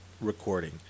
recording